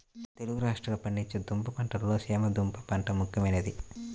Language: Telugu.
తెలుగు రాష్ట్రాలలో పండించే దుంప పంటలలో చేమ దుంప పంట ముఖ్యమైనది